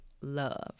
love